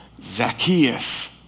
Zacchaeus